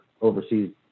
overseas